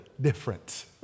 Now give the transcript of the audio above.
different